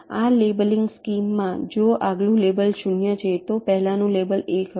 આ લેબલીંગ સ્કીમમાં જો આગલું લેબલ 0 છે તો પહેલાનું લેબલ 1 હશે